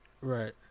Right